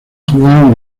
jugaron